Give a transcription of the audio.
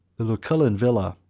the lucullan villa,